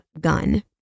gun